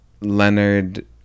Leonard